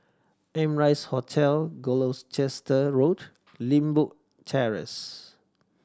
Amrise Hotel Road and Limbok Terrace